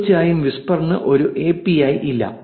തീർച്ചയായും വിസ്പറിന് ഒരു എപിഐ ഇല്ല